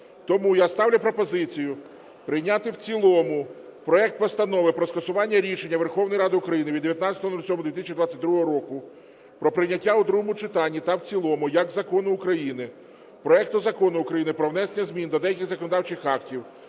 Тому я ставлю пропозицію прийняти в цілому проект Постанови про скасування рішення Верховної Ради України від 19.07.2022 року про прийняття у другому читанні та в цілому як закону України проекту Закону України "Про внесення змін до деяких законодавчих актів